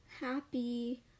happy